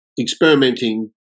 experimenting